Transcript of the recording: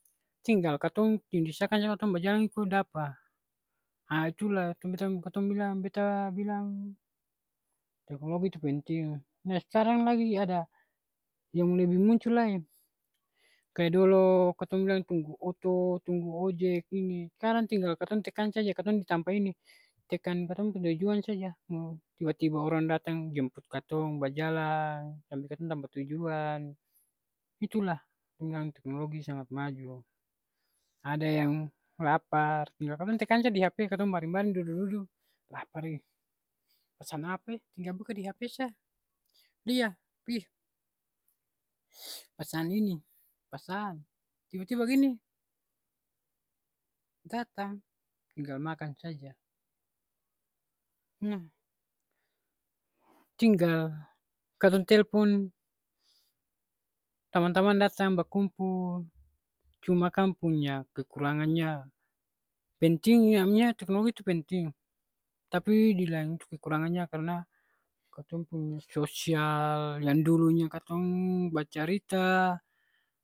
Tinggal katong tindis akang sa katong bajalang iko dapa. Ha itulah tong beta katong bilang beta bilang teknologi tu penting. Nah skarang lagi ada yang lebih muncul lai. Kaya dolo katong bilang tunggu oto, tunggu ojek, ini. Skarang tinggal katong tekan saja katong di tampa ini. Tekan katong pung tujuan saja. Mau tiba-tiba orang datang jemput katong, bajalang, sampe katong tampa tujuan, itulah dengan teknologi sangat maju. Ada yang lapar, tinggal katong tekan sa di hp. Katong baring-baring dudu-dudu, lapar e, pesan apa e, tinggal buka di hp sa. Lia wih pesan ini, pesan. Tiba-tiba bagini datang, tinggal makan saja. tinggal katong telpon tamang-tamang datang bakumpul, cuma kang punya kekurangannya pentiing ya manya teknologi tu penting. Tapi di lain kekurangannya karna katong punya sosial yang dulunya katong bacarita